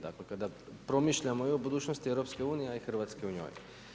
Dakle, kada promišljamo i o budućnosti EU i Hrvatska je u njoj.